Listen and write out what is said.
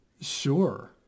Sure